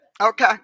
Okay